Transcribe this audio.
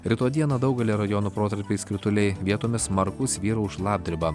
rytoj dieną daugelyje rajonų protarpiais krituliai vietomis smarkūs vyraus šlapdriba